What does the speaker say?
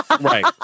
right